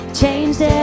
changed